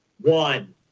One